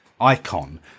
icon